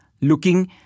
looking